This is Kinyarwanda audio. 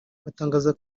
batangaza